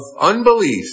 unbelief